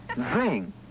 Zing